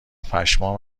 پشمام